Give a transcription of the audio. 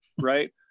right